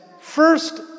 first